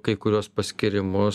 kai kuriuos paskyrimus